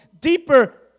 deeper